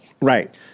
Right